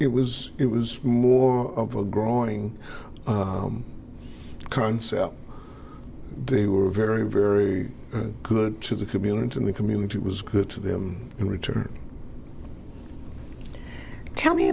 it was it was more of a growing concept they were very very good to the community and the community was good to them in return tell me